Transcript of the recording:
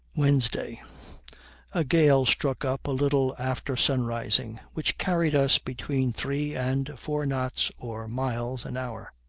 wednesday a gale struck up a little after sunrising, which carried us between three and four knots or miles an hour.